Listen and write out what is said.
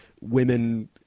women